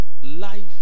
life